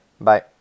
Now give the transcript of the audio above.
Bye